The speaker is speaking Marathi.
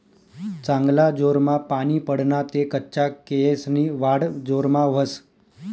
चांगला जोरमा पानी पडना ते कच्चा केयेसनी वाढ जोरमा व्हस